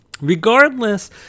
Regardless